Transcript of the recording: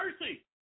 mercy